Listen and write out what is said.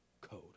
code